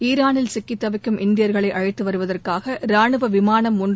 ஈரானில் சிக்கி தவிக்கும் இந்தியா்களை அழைத்து வருவதற்காக ராணுவ விமானம் ஒன்று